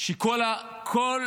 כשכל